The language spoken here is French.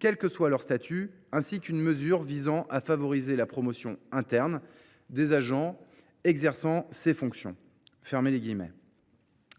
quel que soit leur statut, ainsi qu’une mesure visant à favoriser la promotion interne des agents exerçant ces fonctions. »